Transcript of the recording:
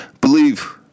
believe